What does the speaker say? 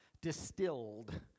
distilled